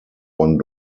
one